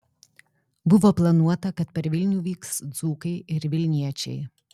buvo planuota kad per vilnių vyks dzūkai ir vilniečiai